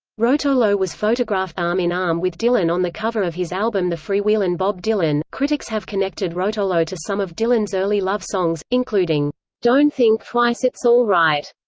rotolo was photographed arm-in-arm with dylan on the cover of his album the freewheelin' bob dylan. critics have connected rotolo to some of dylan's early love songs, including don't think twice it's all right.